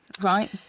Right